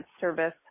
service